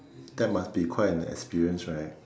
that must be quite an experience right